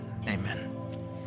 amen